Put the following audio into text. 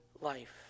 life